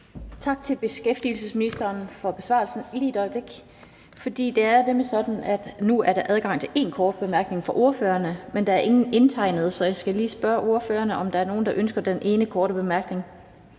Tak til beskæftigelsesministeren for besvarelsen. Nu er det sådan, at der er adgang til én kort bemærkning fra ordførerne, men der er ingen indtegnet, så jeg skal lige spørge ordførererne, om der er nogen, der ønsker den ene korte bemærkning.